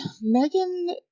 Megan